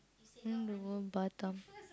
I want to go Batam